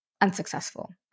unsuccessful